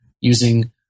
using